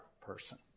person